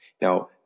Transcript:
Now-